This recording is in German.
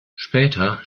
später